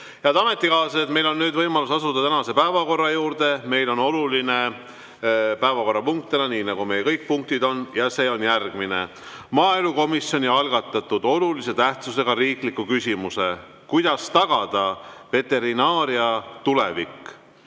Head ametikaaslased, meil on nüüd võimalus asuda tänase päevakorra juurde. Meil on täna oluline päevakorrapunkt, nii nagu kõik meie punktid on, ja see on järgmine: maaelukomisjoni algatatud olulise tähtsusega riikliku küsimuse "Kuidas tagada veterinaaria tulevik"